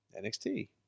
NXT